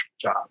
job